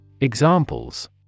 Examples